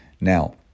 Now